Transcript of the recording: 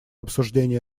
обсуждение